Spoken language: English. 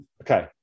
okay